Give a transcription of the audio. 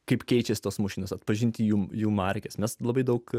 kaip keičiasi tas mašinas atpažinti jums jų markes nes labai daug